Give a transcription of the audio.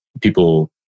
people